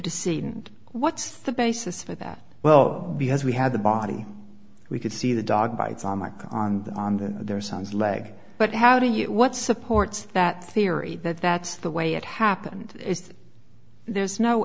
deceit and what's the basis for that well because we had the body we could see the dog bites on michael on the on the their son's leg but how do you what supports that theory that that's the way it happened there's no